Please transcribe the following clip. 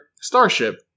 Starship